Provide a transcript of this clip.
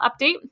update